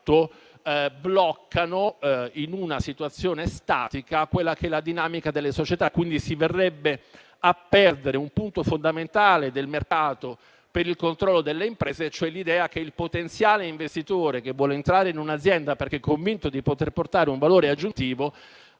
bloccano in una situazione statica quella che è la dinamica delle società. Si verrebbe così a perdere un punto fondamentale del mercato per il controllo delle imprese, cioè l'idea che il potenziale investitore, che vuole entrare in un'azienda perché convinto di poter portare un valore aggiuntivo,